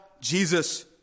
Jesus